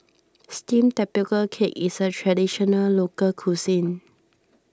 Steamed Tapioca Cake is a Traditional Local Cuisine